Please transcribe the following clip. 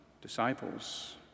disciples